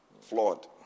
flawed